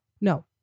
No